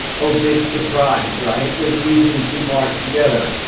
oh, big surprise, right? there's a reason these people aren't together